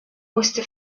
musste